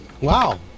Wow